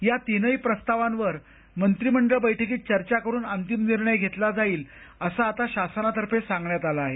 या तीनही प्रस्तावांवर मंत्रिमंडळ बैठकीत चर्चा करून अंतिम निर्णय घेण्यात येईल असं आता शासनातर्फे सांगण्यात आलं आहे